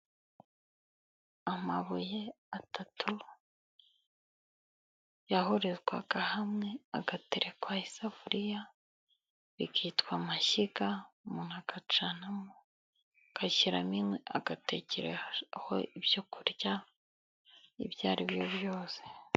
Amabuye atatu yahurizwaga hamwe agaterekwaho isafuriya bikitwa amashyiga umuntu agacanamo agashyiramo inkwi, agatekeho ibyo kurya ibyo ari byo byose.